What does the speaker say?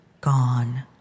gone